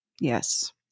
Yes